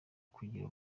kugira